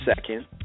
second